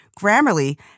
Grammarly